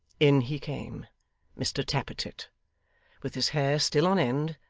in he came mr tappertit with his hair still on end,